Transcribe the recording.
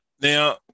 Now